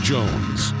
Jones